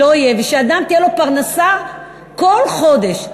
ושאדם תהיה לו פרנסה כל חודש,